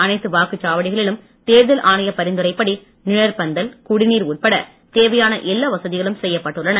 அனைத்து வாக்குச்சாவடிகளிலும் தேர்தல் ஆணையப் பரிந்துரைப்படி நிழற் பந்தல் குடிநீர் உட்பட தேவையான எல்லா வசதிகளும் செய்யப்பட்டுள்ளன